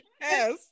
yes